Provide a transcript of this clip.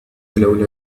الأولاد